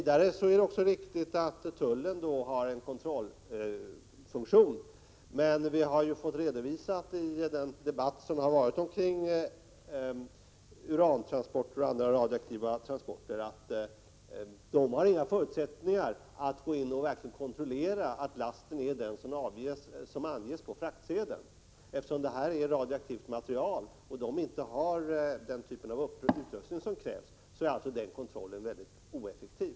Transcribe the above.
Det är också riktigt att tullen har en kontrollfunktion, men vi har ju fått redovisat i den debatt som förts kring urantransporter och transporter av andra radioaktiva ämnen att tullen inte har några förutsättningar att verkligen kontrollera att lasten är den som anges på fraktsedeln. Eftersom det rör sig om radioaktivt material och tullen inte har den typen av utrustning som krävs är den kontrollen alltså mycket ineffektiv.